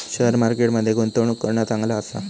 share market मध्ये गुंतवणूक करणा चांगला आसा